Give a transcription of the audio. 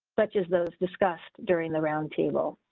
such as those discussed during the round table,